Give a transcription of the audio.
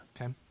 Okay